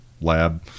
lab